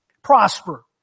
Prosper